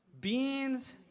Beans